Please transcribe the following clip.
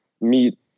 meet